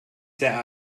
sehr